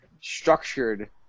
structured